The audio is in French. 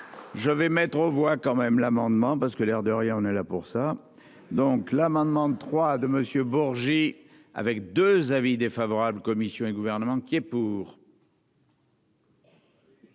Je vais mettre aux voix quand même l'amendement parce que l'air de rien on est là pour ça. Donc, l'amendement de 3 de Monsieur Bourgi avec 2 avis défavorables commission et gouvernement qui pour.